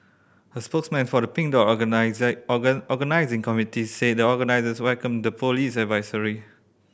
a spokesman for the Pink Dot organising committee said the organisers welcomed the police advisory